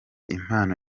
impano